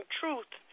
truth